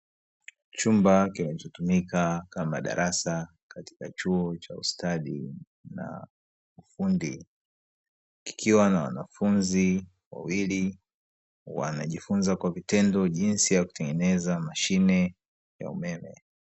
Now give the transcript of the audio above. Chumba kinachotumika kama darasa katika chuo cha ustadi na ufundi, kikiwa na wanafunzi wawili wanajifunza kwa vitendo jinsi ya kutengeneza mashine ya umeme.